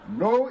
no